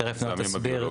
תכף נעה תסביר.